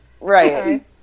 Right